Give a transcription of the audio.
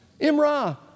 Imra